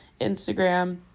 Instagram